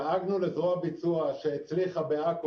דאגנו לזרוע ביצוע שהצליחה בעכו.